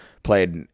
Played